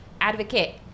advocate